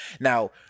Now